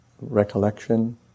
recollection